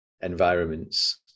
environments